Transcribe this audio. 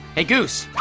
hey, goose,